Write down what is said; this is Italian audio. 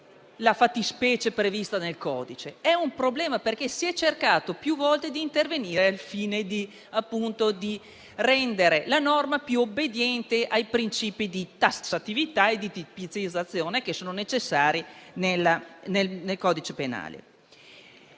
la fattispecie prevista nel codice è un problema. Si è cercato più volte di intervenire al fine di rendere la norma più obbediente ai principi di tassatività e tipizzazione necessari nel codice penale.